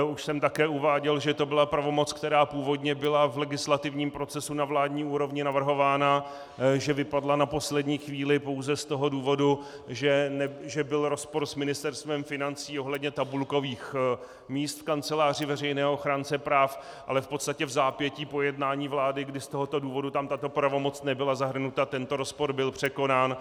Už jsem také uváděl, že to byla pravomoc, která původně byla v legislativním procesu na vládní úrovni navrhována, že vypadla na poslední chvíli pouze z toho důvodu, že byl rozpor s Ministerstvem financí ohledně tabulkových míst v Kanceláři veřejného ochránce práv, ale v podstatě vzápětí po jednání vlády, kdy z tohoto důvodu tam tato pravomoc nebyla zahrnuta, tento rozpor byl překonán.